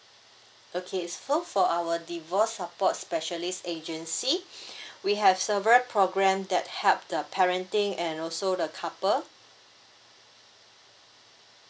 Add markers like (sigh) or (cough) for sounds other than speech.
okay so for our divorce support specialist agency (breath) we have several program that help the parenting and also the couple